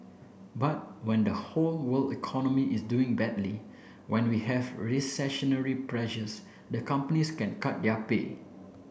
but when the whole world economy is doing badly when we have recessionary pressures the companies can cut their pay